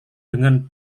dengan